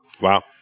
Wow